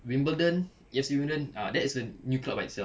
wimbledon A_F_C wimbledon ah that is a new club by itself